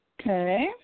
Okay